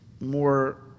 more